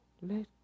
Let